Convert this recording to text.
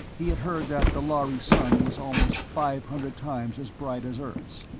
he had heard that the lhari sun was almost five hundred times as bright as earth's.